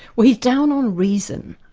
well he's down on reason.